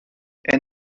est